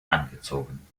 angezogen